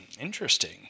Interesting